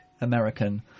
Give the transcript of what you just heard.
American